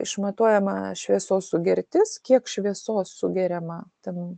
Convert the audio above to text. išmatuojama šviesos sugertis kiek šviesos sugeriama ten